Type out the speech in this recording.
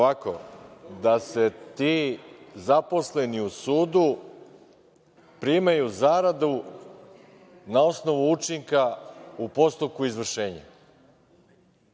da se ti zaposleni u sudu primaju zaradu na osnovu učinka u postupku izvršenja.